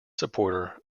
supporter